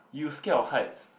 you scared of heights